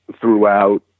throughout